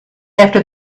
after